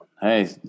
hey